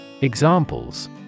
Examples